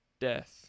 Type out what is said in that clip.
death